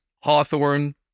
hawthorne